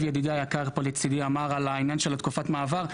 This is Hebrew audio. ידידי היקר פה לצדי אמר על עניין תקופת המעבר,